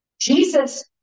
Jesus